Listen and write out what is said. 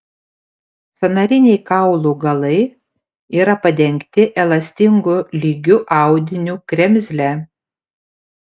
sąnariniai kaulų galai yra padengti elastingu lygiu audiniu kremzle